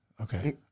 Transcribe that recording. Okay